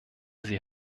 sie